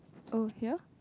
oh here